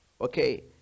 okay